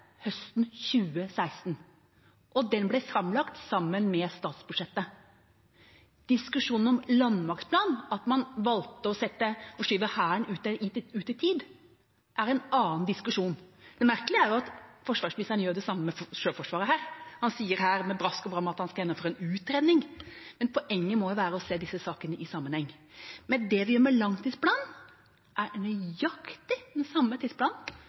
høsten 2016, og den ble framlagt sammen med statsbudsjettet. Diskusjonen om landmaktplan, at man valgte å skyve Hæren ut i tid, er en annen diskusjon. Det merkelige er jo at forsvarsministeren gjør det samme med Sjøforsvaret her. Han sier her med brask og bram at han skal gjennomføre en utredning, men poenget må jo være å se disse sakene i sammenheng. Men når det gjelder langtidsplanen, er det nøyaktig den samme tidsplanen